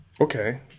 Okay